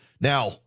Now